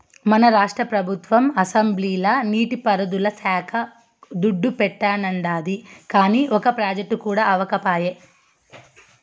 మన రాష్ట్ర పెబుత్వం అసెంబ్లీల నీటి పారుదల శాక్కి దుడ్డు పెట్టానండాది, కానీ ఒక ప్రాజెక్టు అవ్యకపాయె